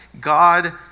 God